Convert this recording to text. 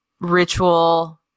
ritual